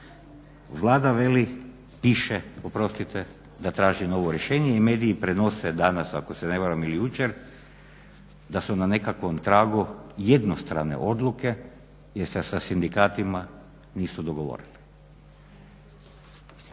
Vlada veli, diše oprostite da traži novo rješenje i mediji prenose danas ako se ne varam ili jučer da su na nekakvom tragu jednostrane odluke jer se sa sindikatima nisu dogovorili.